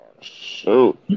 shoot